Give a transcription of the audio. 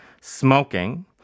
smoking